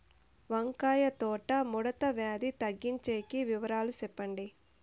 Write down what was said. వంకాయ తోట ముడత వ్యాధి తగ్గించేకి వివరాలు చెప్పండి?